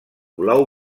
blau